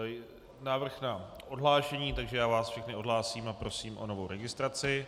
Je tu návrh na odhlášení, takže já vás všechny odhlásím a prosím o novou registraci.